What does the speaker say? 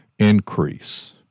increase